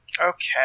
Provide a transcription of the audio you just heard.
Okay